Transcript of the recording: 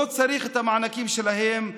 לא צריך את המענקים שלהם,